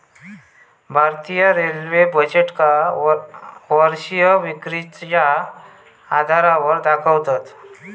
भारतीय रेल्वे बजेटका वर्षीय विक्रीच्या आधारावर दाखवतत